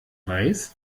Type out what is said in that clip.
weiß